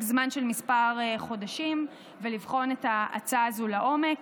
זמן של כמה חודשים ולבחון את ההצעה הזו לעומק.